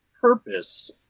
purpose